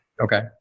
Okay